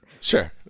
Sure